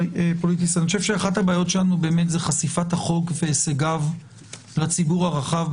אני חושב שאחת הבעיות שלנו זה חשיפת החוק והישגיו לציבור הרחב,